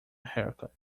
haircut